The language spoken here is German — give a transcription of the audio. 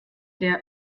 der